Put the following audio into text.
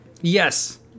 yes